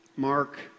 Mark